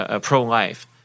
pro-life